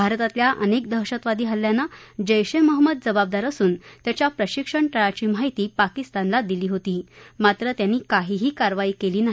भारतातल्या अनेक दहशतवादी हल्ल्याना जैश ए महम्मद जबाबदार असून त्याच्या प्रशिक्षण तळाची माहिती पाकिस्तानला दिली होती मात्र त्यांनी काहीही कारवाई केली नाही